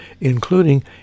including